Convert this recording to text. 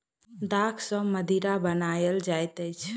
दाख सॅ मदिरा बनायल जाइत अछि